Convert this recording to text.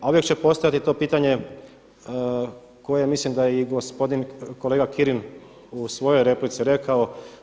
A uvijek će postojati to pitanje koje mislim da je i gospodin kolega Kirin u svojoj replici rekao.